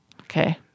Okay